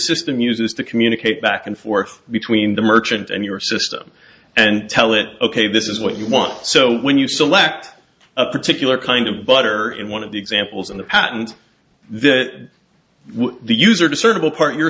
system uses to communicate back and forth between the merchant and your system and tell it ok this is what you want so when you select a particular kind of butter in one of the examples in the patent this the user discernible part you're